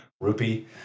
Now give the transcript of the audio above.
rupee